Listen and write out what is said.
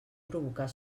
provocar